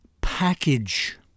package